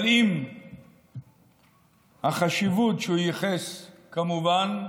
אבל עם החשיבות שהוא ייחס כמובן לאקדח,